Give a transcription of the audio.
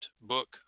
book